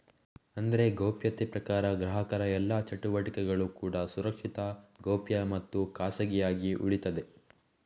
ಅಂದ್ರೆ ಗೌಪ್ಯತೆ ಪ್ರಕಾರ ಗ್ರಾಹಕರ ಎಲ್ಲಾ ಚಟುವಟಿಕೆಗಳು ಕೂಡಾ ಸುರಕ್ಷಿತ, ಗೌಪ್ಯ ಮತ್ತು ಖಾಸಗಿಯಾಗಿ ಉಳೀತದೆ